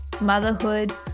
motherhood